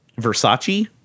Versace